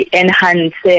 enhance